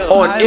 on